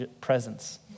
presence